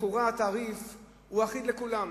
לכאורה, התעריף הוא אחיד לכולם.